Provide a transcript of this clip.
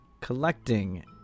collecting